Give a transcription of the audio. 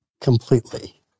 completely